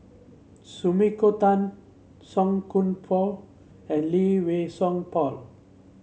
Sumiko Tan Song Koon Poh and Lee Wei Song Paul